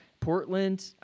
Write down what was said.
Portland